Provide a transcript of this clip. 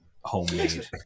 homemade